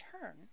turn